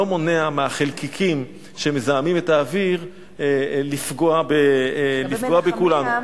מונעת מהחלקיקים שמזהמים את האוויר לפגוע בכולנו.